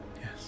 Yes